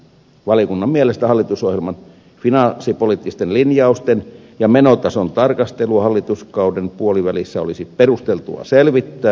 valiokunnan mielestä hallitusohjelman finanssipoliittisten linjausten ja menotason tarkastelu hallituskauden puolivälissä olisi perusteltua selvittää